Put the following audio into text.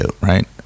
right